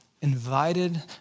invited